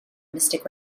mystic